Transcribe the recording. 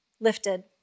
lifted